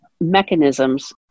mechanisms